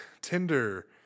Tinder